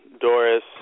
Doris